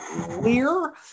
clear